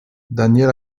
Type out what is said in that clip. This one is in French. daniel